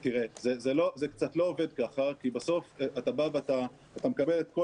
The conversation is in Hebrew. זה קצת לא עובד ככה כי בסוף אתה מקבל את כל